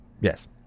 Yes